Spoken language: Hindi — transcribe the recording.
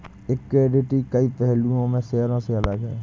इक्विटी कई पहलुओं में शेयरों से अलग है